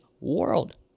world